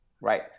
Right